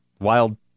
Wild